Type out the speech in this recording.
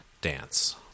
dance